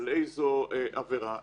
על איזו עבירה וכדומה.